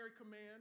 command